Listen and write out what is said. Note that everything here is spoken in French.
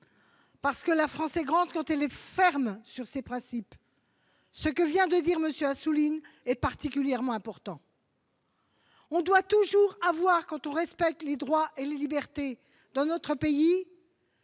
effet, la France est grande quand elle est ferme sur ses principes. Ce que vient de dire M. Assouline est particulièrement important. On doit toujours avoir, s'agissant des droits et des libertés, la mémoire de